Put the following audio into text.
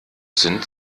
sind